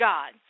God